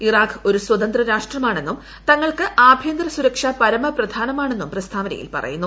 Iraq ഒരു സ്വതന്ത്ര രാഷ്ട്രമാണെന്നും തങ്ങൾക്ക് ആഭ്യന്തര സുരക്ഷ പരമപ്രധാനമാണെന്നും പ്രസ്താവനയിൽ പറയുന്നു